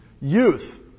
youth